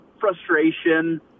frustration